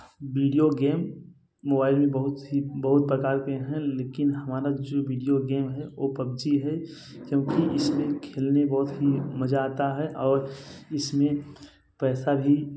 video game mobile में बहुत सी बहुत प्रकार के हैं लेकिन हमारा जो बिडिओ गेम है वो पबजी है क्योंकि इसमें खेलने बहुत ही मज़ा आता है और इसमें पैसा भी